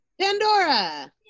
Pandora